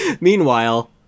Meanwhile